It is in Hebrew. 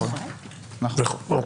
נכון.